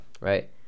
right